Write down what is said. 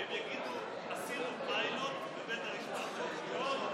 הם יגידו: עשינו פיילוט בבית המשפט העליון,